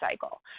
cycle